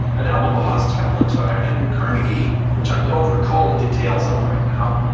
and abdu'l-baha's tablet to andrew carnegie, which i don't recall the details of right now,